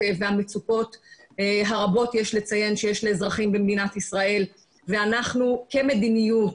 והמצוקות הרבות שיש לאזרחים במדינת ישראל ואנחנו כמדיניות,